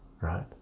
right